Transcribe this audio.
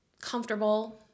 comfortable